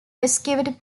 rescued